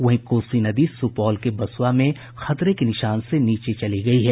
वहीं कोसी नदी सुपौल के बसुआ में खतरे के निशान से नीचे चली गयी है